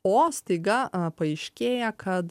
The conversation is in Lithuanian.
o staiga paaiškėja kad